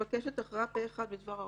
מתבקשת הכרעה פה-אחד בדבר העונש.